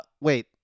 wait